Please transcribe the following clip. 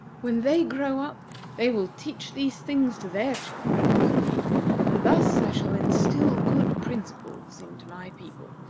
when they grow up they will teach these things to their children, said he and thus i shall instil good principles into my people.